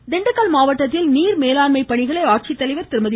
திண்டுக்கல் கிண்டுக்கல் மாவட்டத்தில் நீர்மேலாண்மை பணிகளை ஆட்சித்தலைவர் திருமதி